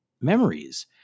memories